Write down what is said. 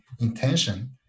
intention